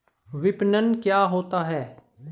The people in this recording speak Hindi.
विपणन क्या होता है?